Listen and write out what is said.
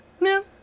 No